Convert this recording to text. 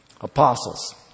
apostles